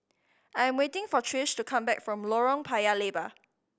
I am waiting for Trish to come back from Lorong Paya Lebar